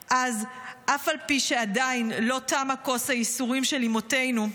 אזי אף על פי --- שלא תמה כוס הייסורים של אימהותינו"